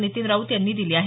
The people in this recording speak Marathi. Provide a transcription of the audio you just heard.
नीतीन राऊत यांनी दिले आहेत